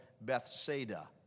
Bethsaida